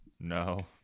No